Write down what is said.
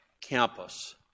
campus